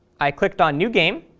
i clicked on new game.